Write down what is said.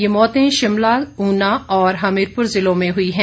ये मौतें शिमला ऊना और हमीरपुर जिलों में हुई है